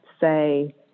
say